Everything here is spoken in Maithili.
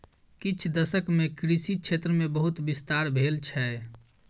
किछ दशक मे कृषि क्षेत्र मे बहुत विस्तार भेल छै